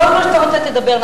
כל מה שאתה רוצה, תדבר.